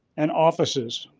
and offices,